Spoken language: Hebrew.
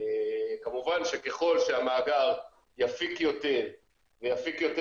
כמובן שככל שהמאגר יפיק יותר ויפיק יותר